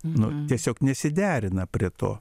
nu tiesiog nesiderina prie to